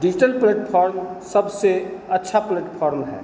digital platform सबसे अच्छा platform है